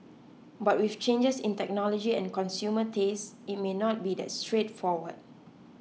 but with changes in technology and consumer tastes it may not be that straightforward